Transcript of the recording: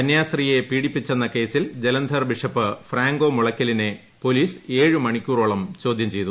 കന്യാസ്ത്രീയെ പീഡിപ്പിച്ചെന്ന കേസിൽ ജലന്ധർ ബിഷപ്പ് ഫ്രാങ്കോ മുളയ്ക്കലിനെ പോലീസ് ഏഴു മണിക്കൂറോളം ചോദൃഹ ചെയ്തു